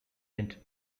mint